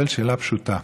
שואל שאלה פשוטה: